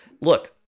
Look